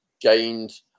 gained